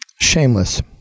shameless